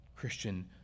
Christian